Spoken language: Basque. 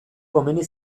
komeni